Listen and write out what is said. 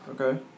Okay